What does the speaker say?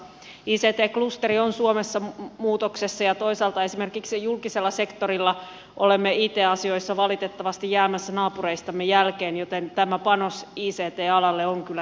ict klusteri on suomessa muutoksessa ja toisaalta esimerkiksi julkisella sektorilla olemme it asioissa valitettavasti jäämässä naapureistamme jälkeen joten tämä panos ict alalle on kyllä erittäin tärkeä